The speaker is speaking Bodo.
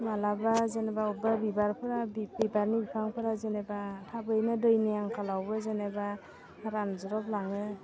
माब्लाबा जेनेबा बबेबा बिबारफोरा बि बिबारनि बिफांफोरा जेनेबा थाबैनो दैनि आंखालावबो जेनेबा रानज्रबलाङो